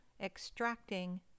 Extracting